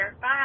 Bye